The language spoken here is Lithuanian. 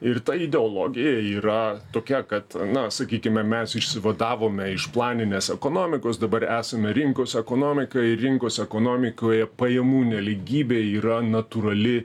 ir ta ideologija yra tokia kad na sakykime mes išsivadavome iš planinės ekonomikos dabar esame rinkos ekonomikai rinkos ekonomikoje pajamų nelygybė yra natūrali